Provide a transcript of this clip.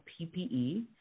PPE